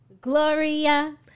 Gloria